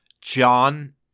John